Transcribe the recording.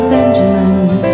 Benjamin